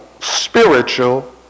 spiritual